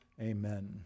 Amen